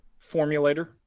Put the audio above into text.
formulator